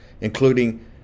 including